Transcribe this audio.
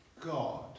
God